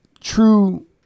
True